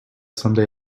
someday